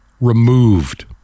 removed